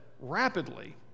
rapidly